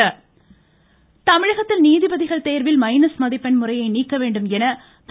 ராமதாஸ் தமிழகத்தில் நீதிபதிகள் தேர்வில் மைனஸ் மதிப்பெண் முறையை நீக்க வேண்டும் என பா